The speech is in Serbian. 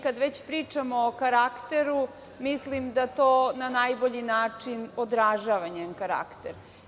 Kad već pričamo o karakteru, mislim da to na najbolji način odražava njen karakter.